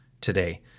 today